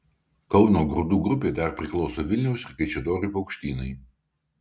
kauno grūdų grupei dar priklauso vilniaus ir kaišiadorių paukštynai